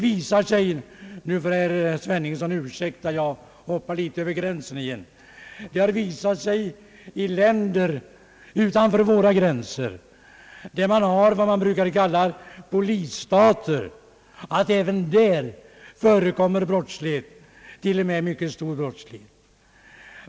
Herr Sveningsson får ursäkta att jag gör ett litet hopp över gränsen igen, men jag vill erinra om att det i vad man brukar kalla polisstater har visat sig att även där förekommer brottslighet, t.o.m. mycket stor brottslighet.